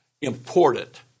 important